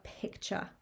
picture